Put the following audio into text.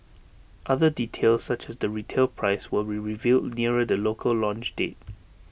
other details such as the retail price will be revealed nearer the local launch date